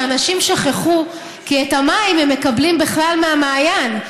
שהאנשים שכחו כי את המים הם מקבלים בכלל מהמעיין,